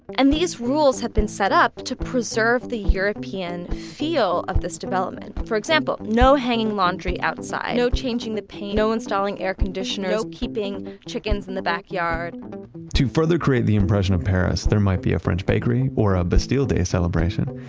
and these rules have been set up to preserve the european feel of this development. for example, no hanging laundry outside, no changing the paint, no installing air conditioners, no keeping chickens in the backyard to further create the impression of paris, there might be a french bakery or a bastille day celebration.